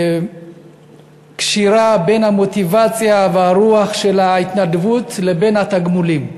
קשירה בין המוטיבציה והרוח של ההתנדבות לבין התגמולים.